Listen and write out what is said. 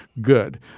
good